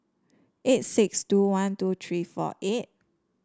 eight six two one two tree four eight